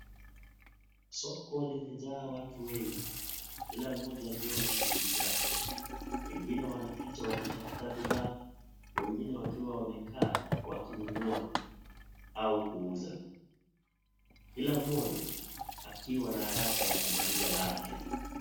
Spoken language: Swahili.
Soko limejaa watu wengi, kila mmoja akiwa na shughuli zake, wengine wanapita wakitafuta bidhaa, wengine wakiwa wamekaa wakinunua au kuuza, kila mmoja akiwa na haraka ya kumaliza lake.